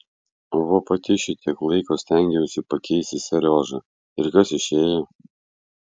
o va pati šitiek laiko stengiausi pakeisti seriožą ir kas išėjo